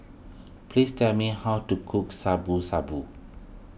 please tell me how to cook Shabu Shabu